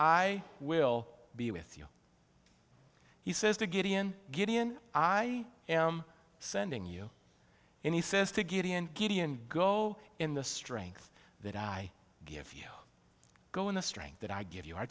i will be with you he says to get in gideon i am sending you and he says to get in gideon go in the strength that i give you go in the strength that i give you